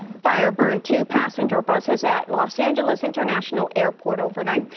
fire burned two passenger buses at los angeles international airport overnight.